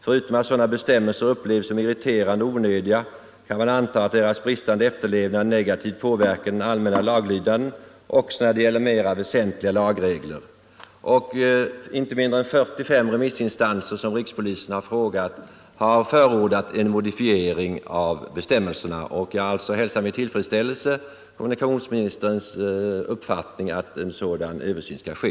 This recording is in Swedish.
Förutom att sådana bestämmelser upplevs som irriterande och onödiga kan man anta att deras bristande efterlevnad negativt påverkar den allmänna laglydnaden också när det gäller mera väsentliga lagregler.” Inte mindre än 45 remissinstanser som rikspolisstyrelsen frågat har förordat en modifiering av bestämmelserna. Jag hälsar därför med tillfredsställelse kommunikationsministerns uppfattning att en översyn skall ske.